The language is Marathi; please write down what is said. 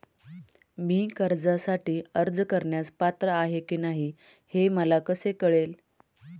मी कर्जासाठी अर्ज करण्यास पात्र आहे की नाही हे मला कसे कळेल?